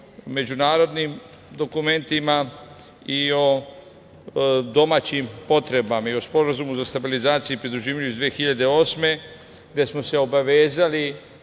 međunarodnim dokumentima, i o domaćim potrebama i o Sporazumu o stabilizaciji i pridruživanju iz 2008. godine, gde smo se obavezali